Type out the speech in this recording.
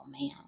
man